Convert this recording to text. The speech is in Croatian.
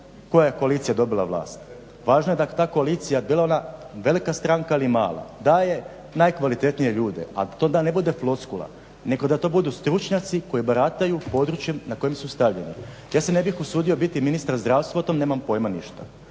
koja je koalicija dobila vlast, važno je da ta koalicija, bila ona velika stranka ili mala daje najkvalitetnije ljude, a to da ne bude floskula nego da to budu stručnjaci koji barataju područjem na koje su stavljeni. Ja se ne bih usudio biti ministar zdravstva, o tome nemam pojma ništa,